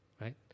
right